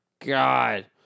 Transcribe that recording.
god